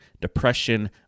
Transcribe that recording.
depression